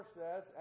says